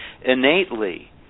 innately